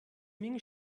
minh